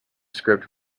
script